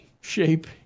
shape